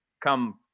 come